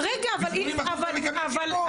ו-80% לא מקבלים שיקום.